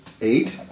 eight